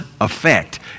effect